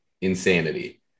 insanity